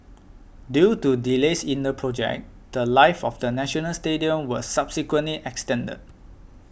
due to delays in the project the Life of the National Stadium was subsequently extended